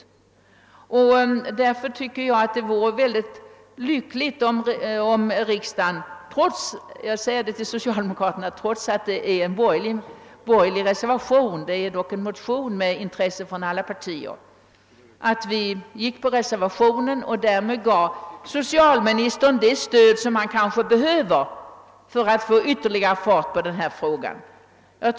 Trots att det här gäller en borgerlig reservation — jag använder orden »trots att« eftersom jag ju själv är socialdemokrat — har de motioner på vilka den bygger intresserade från alla partier, och därför vore det lyckligt om kammaren biföll reservationen och därmed gav socialministern det stöd han kan behöva för att få ytterligare fart på denna fråga.